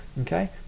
okay